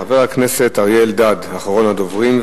חבר הכנסת אריה אלדד, אחרון הדוברים.